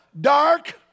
dark